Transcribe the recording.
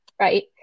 right